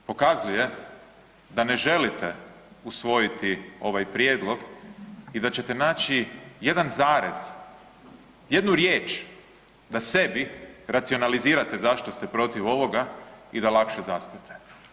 Pokazuje da ne želite usvojiti ovaj prijedlog i da ćete naći jedan zarez, jednu riječ da sebi racionalizirate zašto ste protiv ovoga i da lakše zaspete.